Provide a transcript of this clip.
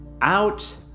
Out